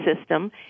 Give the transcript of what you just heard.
system